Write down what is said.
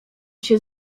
się